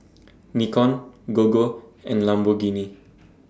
Nikon Gogo and Lamborghini